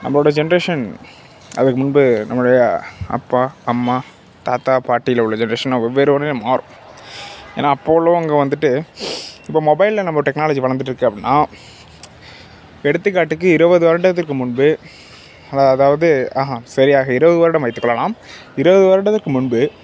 நம்மடைய generation அதுக்கு முன்பு நம்முடைய அப்பா அம்மா தாத்தா பாட்டில உள்ள ஜென்ட்ரேஷன்லாம் வெவ்வேறு ஒன்னே மாறும் ஏன்னா அப்போ உள்ளவங்க வந்துவிட்டு இப்போ மொபைலில் நம்ம டெக்னாலஜி வளர்ந்துட்டு இருக்குது அப்படின்னா இப்போ எடுத்துக்காட்டுக்கு இருபது வருடத்திற்கு முன்பு அதான் அதாவது ஆகான் சரியாக இருபது வருடம் வைத்துக்கொள்ளலாம் இருபது வருடத்திற்கு முன்பு